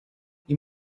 you